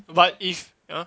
but if !huh!